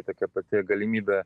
tokia pati galimybė